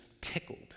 tickled